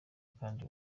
kandi